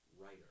writer